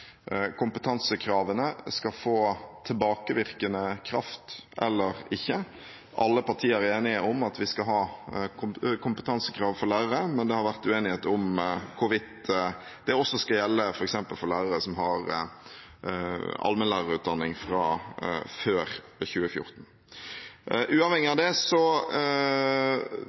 kompetansekravene skal få tilbakevirkende kraft eller ikke. Alle partier er enige om at vi skal ha kompetansekrav for lærere, men det har vært uenighet om hvorvidt det også skal gjelde f.eks. for lærere som har allmennlærerutdanning fra før 2014. Uavhengig av det